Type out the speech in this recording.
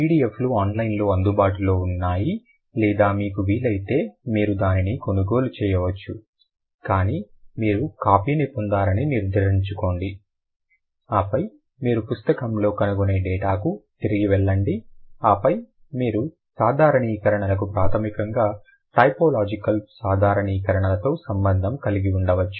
పిడిఎఫ్లు ఆన్లైన్లో అందుబాటులో ఉన్నాయి లేదా మీకు వీలైతే మీరు దానిని కొనుగోలు చేయవచ్చు కానీ మీరు కాపీ ని పొందారని నిర్ధారించుకోండి ఆపై మీరు పుస్తకంలో కనుగొనే డేటాకు తిరిగి వెళ్లండి ఆపై మీరు సాధారణీకరణలకు ప్రాథమికంగా టైపోలాజికల్ సాధారణీకరణలతో సంబంధం కలిగి ఉండవచ్చు